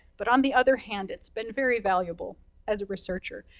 but on the other hand, it's been very valuable as a researcher.